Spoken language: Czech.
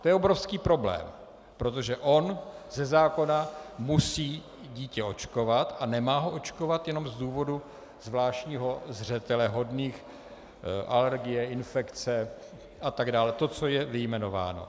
To je obrovský problém, protože on ze zákona musí dítě očkovat a nemá ho očkovat jenom z důvodu zvláštního zřetelehodných alergie, infekce a tak dále, to, co je vyjmenováno.